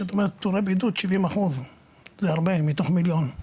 כשאת אומרת פטורי בידוד, 70% זה הרבה מתוך מיליון.